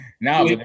now